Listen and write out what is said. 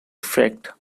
effect